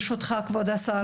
ברשותך כבוד השר